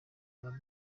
aba